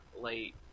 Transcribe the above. late